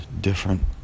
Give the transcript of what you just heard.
different